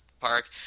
park